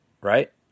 right